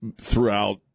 throughout